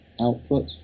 output